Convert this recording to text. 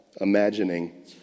imagining